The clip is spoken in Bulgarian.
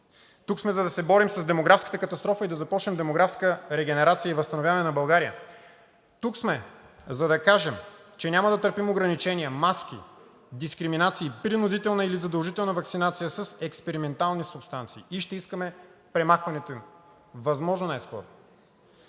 Тук сме, за да се борим с демографската катастрофа и да започнем демографска регенерация и възстановяване на България. Тук сме, за да кажем, че няма да търпим ограничения, маски, дискриминации, принудителна или задължителна ваксинация с експериментални субстанции и ще искаме премахването им възможно най-скоро,